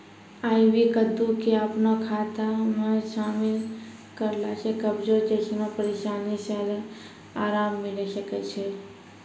आइ.वी कद्दू के अपनो खाना मे शामिल करला से कब्जो जैसनो परेशानी से अराम मिलै सकै छै